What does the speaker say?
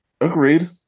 Agreed